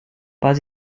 pas